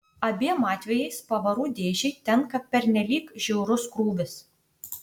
abiem atvejais pavarų dėžei tenka pernelyg žiaurus krūvis